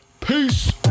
Peace